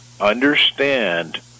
understand